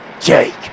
Jake